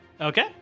Okay